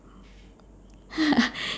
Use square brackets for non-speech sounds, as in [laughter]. [laughs]